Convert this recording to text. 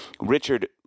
Richard